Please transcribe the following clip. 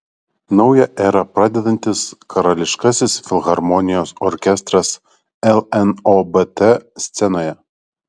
naują erą pradedantis karališkasis filharmonijos orkestras lnobt scenoje